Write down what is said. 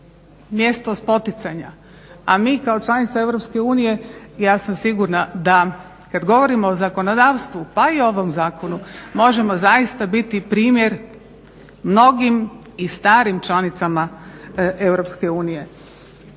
mjesto spoticanja, a mi kao članica EU, ja sam sigurna da kad govorimo o zakonodavstvu pa i o ovom zakonu, možemo zaista biti primjer mnogim i starim članicama EU.